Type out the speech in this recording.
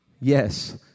Yes